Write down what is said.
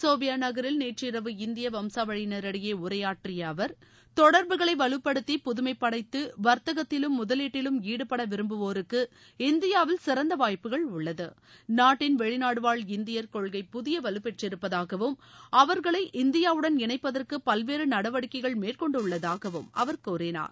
Sofia நகரில் நேற்று இரவு இந்திய வம்சாவழியினரிடையே உரையாற்றிய அவர் தொடர்புகளை வலுப்படுத்தி புதுமைப்படைத்து வா்த்தகத்திலும் முதலீட்டிலும் ஈடுபட விரும்புவோருக்கு இந்தியாவில் சிறந்த வாய்ப்புகள் உள்ளது நாட்டின் வெளிநாடுவாழ் இந்தியர் கொள்கை புதிய வலுப்பெற்றிருப்பதாகவும் அவர்களை இந்தியாவுடன் இணைப்பதற்கு பல்வேறு நடவடிக்ககைள் மேற்கொண்டுள்ளதாகவும் அவர் கூறினார்